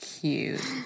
Cute